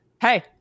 hey